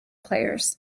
players